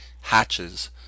hatches